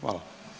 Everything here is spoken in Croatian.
Hvala.